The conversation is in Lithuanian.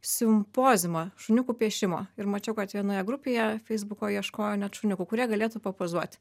simpoziumą šuniukų piešimo ir mačiau kad vienoje grupėje feisbuko ieškojo net šuniukų kurie galėtų papozuoti